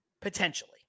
Potentially